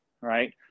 right